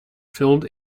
filmed